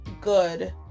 good